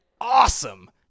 awesome